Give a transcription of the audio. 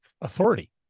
authority